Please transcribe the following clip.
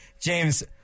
James